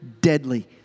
deadly